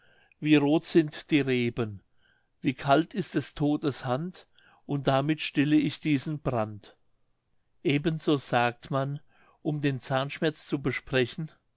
wie roth sind die reben wie kalt ist des todes hand und damit stille ich diesen brand eben so sagt man um den zahnschmerz zu besprechen